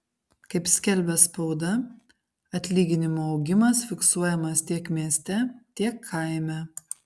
kaip skelbia spauda atlyginimų augimas fiksuojamas tiek mieste tiek kaime